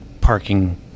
parking